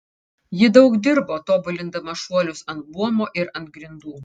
ji daug dirbo tobulindama šuolius ant buomo ir ant grindų